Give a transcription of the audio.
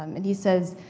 um and he says,